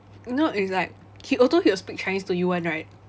you know it's like he auto he will speak chinese to you [one] right